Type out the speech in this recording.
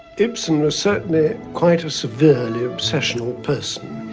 ibsen was certainly quite a severely, obsessional person.